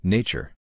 Nature